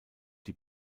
die